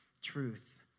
truth